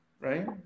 right